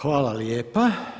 Hvala lijepa.